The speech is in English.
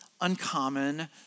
Uncommon